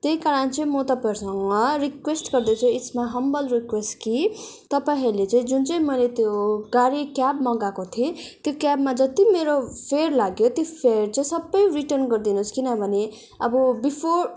त्यही कारण चाहिँ म तपाईँहरूसँग रिक्वेस्ट गर्दैछु इट्स माई हम्बल रिक्वेस्ट कि तपाईँहरूले चाहिँ जुन चाहिँ मैले त्यो गाडी क्याब मगाएको थिएँ त्यो क्याबमा जति मेरो फेयर लाग्यो त्यो फेयर चाहिँ सबै रिटर्न गरिदिनुहोस् किनभने अब बिफोर